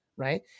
Right